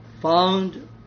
found